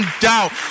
doubt